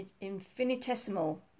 infinitesimal